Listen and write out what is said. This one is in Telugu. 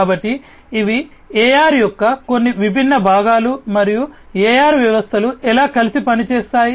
కాబట్టి ఇవి AR యొక్క కొన్ని విభిన్న భాగాలు మరియు AR వ్యవస్థలు ఎలా కలిసి పనిచేస్తాయి